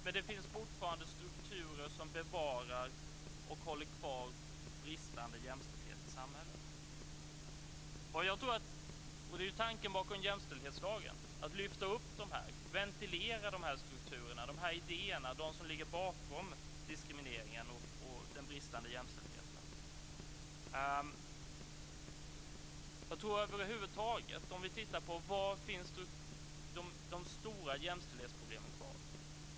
Men det finns fortfarande strukturer som bevarar och håller kvar bristande jämställdhet i samhället. Tanken bakom jämställdhetslagen är just att lyfta upp dem, att ventilera de strukturer och idéer som ligger bakom diskrimineringen och den bristande jämställdheten. Var finns de stora jämställdhetsproblemen kvar?